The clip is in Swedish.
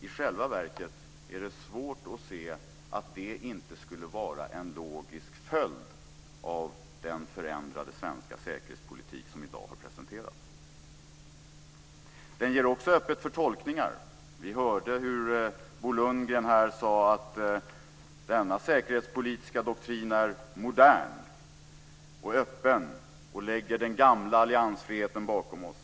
I själva verket är det svårt att se att en Natoanslutning inte skulle vara en logisk följd av den förändrade svenska säkerhetspolitik som i dag har presenterats. Den lämnar också mycket öppet för tolkningar. Vi hörde hur Bo Lundgren sade att den säkerhetspolitiska doktrinen var modern och öppen och lägger den gamla alliansfriheten bakom oss.